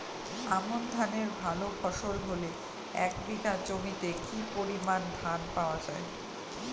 আমন ধানের ভালো ফলন হলে এক বিঘা জমিতে কি পরিমান ধান পাওয়া যায়?